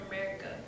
America